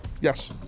yes